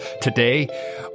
Today